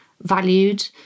valued